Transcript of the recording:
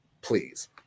please